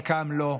חלקם לא,